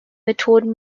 methoden